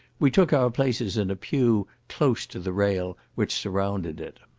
we took our places in a pew close to the rail which surrounded it.